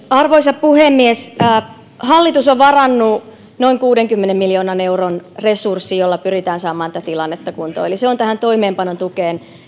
arvoisa puhemies hallitus on varannut noin kuudenkymmenen miljoonan euron resurssin jolla pyritään saamaan tätä tilannetta kuntoon eli se on tähän toimeenpanon tukeen